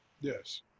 yes